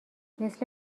مثل